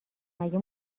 مگه